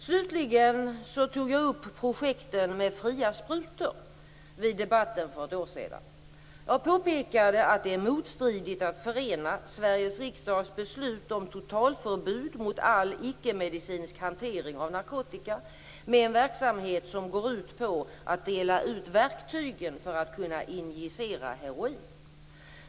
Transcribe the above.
Slutligen tog jag upp projekten med fria sprutor vid debatten för ett år sedan. Jag påpekade att det är motstridigt att förena Sveriges riksdags beslut om ett totalförbud mot all icke-medicinsk hantering av narkotika med en verksamhet som går ut på att dela ut verktygen för att kunna injicera heroin.